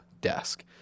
desk